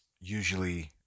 usually